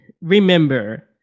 remember